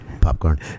Popcorn